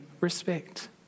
respect